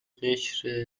قشر